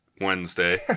wednesday